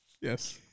Yes